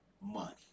money